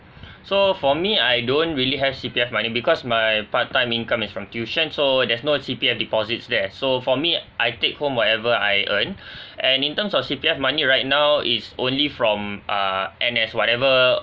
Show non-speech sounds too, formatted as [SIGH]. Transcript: so for me I don't really have C_P_F money because my part time income is from tuition so there's no C_P_F deposits there so for me I take home whatever I earn [BREATH] and in terms of C_P_F money right now is only from uh N_S whatever